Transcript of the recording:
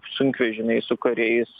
sunkvežimiai su kariais